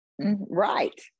Right